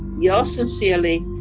yeah ah sincerely,